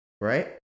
Right